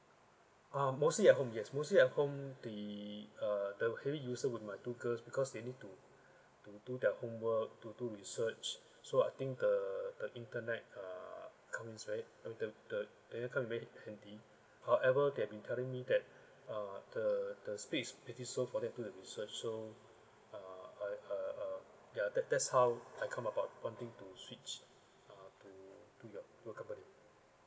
ah mostly at home yes mostly at home the uh the heavy user with my two girls because they need to to do their homework to do research so I think the the internet uh comes in right I mean the the however they've been telling me that uh the the speed is pretty slow for them to do the research so uh I uh uh ya that that's how I come about wanting to switch uh to to to your to your company